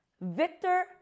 Victor